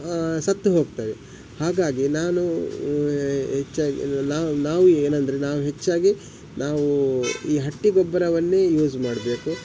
ಸತ್ತು ಹೋಗ್ತವೆ ಹಾಗಾಗಿ ನಾನೂ ಹೆಚ್ಚಾಗಿ ನಾವು ನಾವು ಏನೆಂದರೆ ನಾವು ಹೆಚ್ಚಾಗಿ ನಾವೂ ಈ ಹಟ್ಟಿಗೊಬ್ಬರವನ್ನೇ ಯೂಸ್ ಮಾಡಬೇಕು